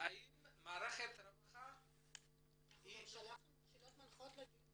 האם מערכת הרווחה -- אנחנו גם שלחנו שאלות מנחות לדיון.